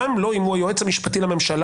גם לא אם הוא היועץ המשפטי לממשלה,